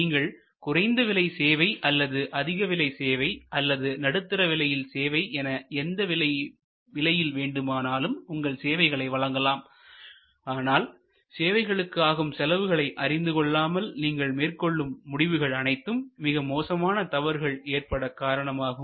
நீங்கள் குறைந்த விலை சேவை அல்லது அதிக விலை சேவை அல்லது நடுத்தர விலையில் சேவை என எந்த விலையில் வேண்டுமானாலும் உங்கள் சேவைகளை வழங்கலாம் ஆனால் சேவைகளுக்கு ஆகும் செலவுகளை அறிந்துகொள்ளாமல் நீங்கள் மேற்கொள்ளும் முடிவுகள் அனைத்தும் மிக மோசமான தவறுகள் ஏற்பட காரணமாகும்